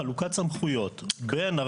שעושה עבודה מצויינת